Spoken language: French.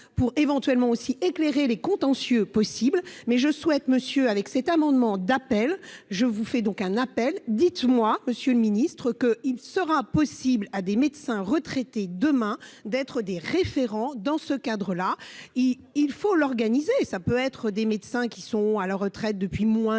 pour éventuellement aussi éclairer les contentieux possible, mais je souhaite monsieur avec cet amendement d'appel, je vous fais donc un appel, dites-moi, Monsieur le Ministre, que, il sera possible à des médecins retraités demain d'être des référents dans ce cadre-là, il faut l'organiser, ça peut être des médecins qui sont à la retraite depuis moins d'un an